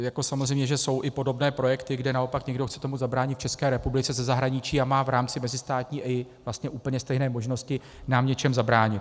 Jako samozřejmě že jsou i podobné projekty, kde naopak někdo chce tomu zabránit v České republice ze zahraničí a má v rámci mezistátní EIA vlastně úplně stejné možnosti nám v něčem zabránit.